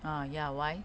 uh ya why